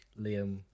Liam